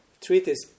treatise